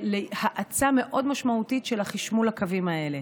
להאצה מאוד משמעותית של חשמול הקווים האלה.